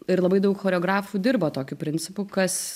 ir labai daug choreografų dirba tokiu principu kas